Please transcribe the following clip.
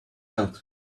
out